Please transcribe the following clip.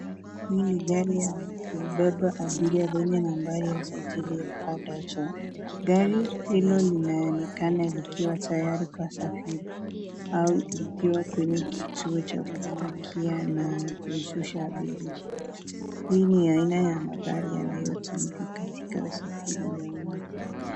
Hii ni gari ya kubeba abiria yenye nambari ya usajili ya KDC. Gari hilo linaonekana likiwa tayari kwa safiri au ikiwa kwenye kituo cha kupakia na kushusha abiria. Hii ni aina ya magari yanayotumika katika usafiri wa uma.